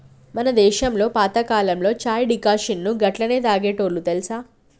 మన దేసంలో పాతకాలంలో చాయ్ డికాషన్ను గట్లనే తాగేటోల్లు తెలుసా